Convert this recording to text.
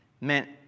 meant